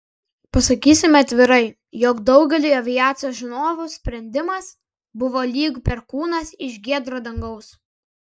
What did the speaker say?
pasakysime atvirai jog daugeliui aviacijos žinovų sprendimas buvo lyg perkūnas iš giedro dangaus